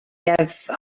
give